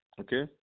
okay